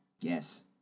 Yes